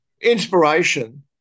inspiration